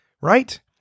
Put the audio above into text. right